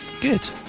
good